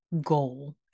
goal